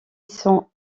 sont